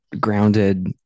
grounded